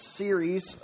series